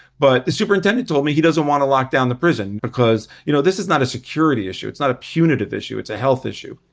but the superintendent told me he doesn't want to lock down the prison because, you know, this is not a security issue. it's not a punitive issue. it's a health issue.